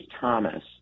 Thomas